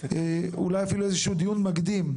אולי אפילו איזשהו דיון מקדים,